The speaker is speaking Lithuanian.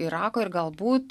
irako ir galbūt